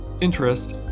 interest